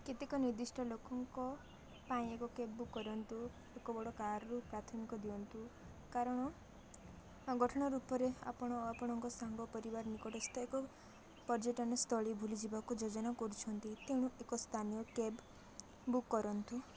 କେତେକ ନିର୍ଦ୍ଦିଷ୍ଟ ଲୋକଙ୍କ ପାଇଁ ଏକ କ୍ୟାବ୍ ବୁକ୍ କରନ୍ତୁ ଏକ ବଡ଼ କାରରୁ ପ୍ରାଥମିକ ଦିଅନ୍ତୁ କାରଣ ଗଠନ ରୂପରେ ଆପଣ ଆପଣଙ୍କ ସାଙ୍ଗ ପରିବାର ନିକଟସ୍ଥ ଏକ ପର୍ଯ୍ୟଟନସ୍ଥଳୀ ବୁଲିଯିବାକୁ ଯୋଜନା କରୁଛନ୍ତି ତେଣୁ ଏକ ସ୍ଥାନୀୟ କ୍ୟାବ୍ ବୁକ୍ କରନ୍ତୁ